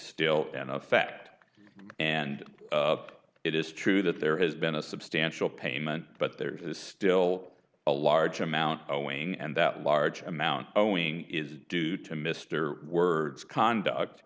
still in effect and it is true that there has been a substantial payment but there is still a large amount owing and that large amount owing is due to mr words conduct